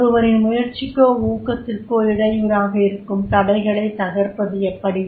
ஒருவரின் முயற்சிக்கோ ஊக்கத்திற்கோ இடையூறாக இருக்கும் தடைகளைத் தகர்ப்பது எப்படி